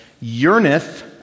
yearneth